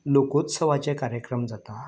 लोकोत्सवाचे कार्यक्रम जाता